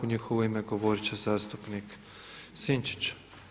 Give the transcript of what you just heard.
U njihovo ime govoriti će zastupnik Sinčić.